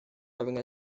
having